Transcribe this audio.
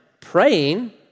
praying